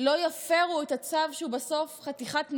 לא יפרו את הצו, שהוא בסוף חתיכת נייר,